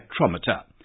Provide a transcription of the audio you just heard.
spectrometer